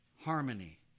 harmony